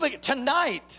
tonight